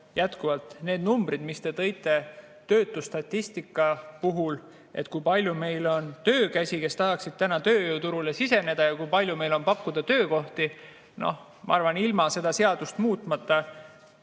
Kõigepealt, need numbrid, mis te tõite töötuse statistika puhul: kui palju meil on töökäsi, kes tahaksid täna tööjõuturule siseneda, ja kui palju meil on töökohti pakkuda. Ma arvan, et ilma seda seadust muutmata